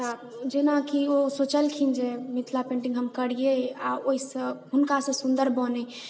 जेना की ओ सोचलखिन जे मिथिला पेंटिङ्ग हम करिऐ आ ओहिसँ हुनकासँ सुंदर बनै